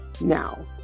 now